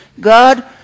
God